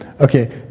Okay